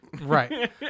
Right